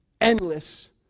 endless